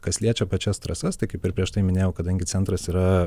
kas liečia pačias trasas tai kaip ir prieš tai minėjau kadangi centras yra